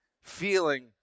feeling